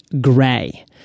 Gray